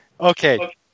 Okay